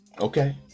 Okay